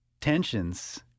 tensions